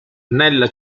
nella